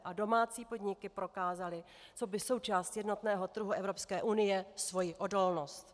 A domácí podniky prokázaly coby součást jednotného trhu Evropské unie svoji odolnost.